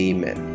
Amen